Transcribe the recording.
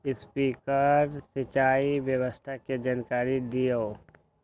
Sprinkler सिंचाई व्यवस्था के जाकारी दिऔ?